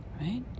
right